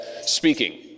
speaking